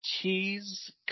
cheese